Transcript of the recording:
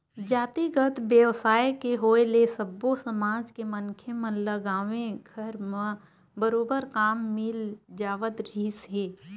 जातिगत बेवसाय के होय ले सब्बो समाज के मनखे मन ल गाँवे घर म बरोबर काम मिल जावत रिहिस हे